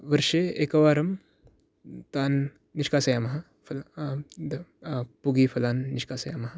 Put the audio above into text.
वर्षे एकवारं तान् निष्काशयामः पूगफलान् निष्काशयामः